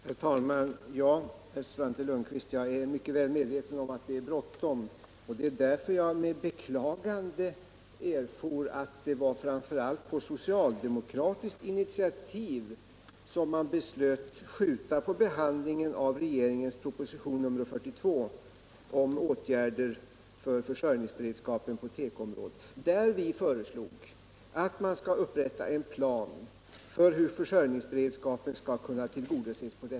Herr talman! Jo, Svante Lundkvist, jag är mycket medveten om att det är bråttom. Det var därför jag med beklagande erfor att det var framför allt på socialdemokratiskt initiativ som man beslöt skjuta på behandlingen av regeringens proposition nr 42 om åtgärder för försörjningsberedskapen på tekoområdet. I den propositionen föreslog vi att man skall upprätta en plan för hur försörjningsberedskapen på detta område skall kunna tillgodoses.